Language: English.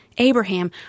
Abraham